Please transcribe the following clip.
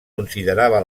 considerava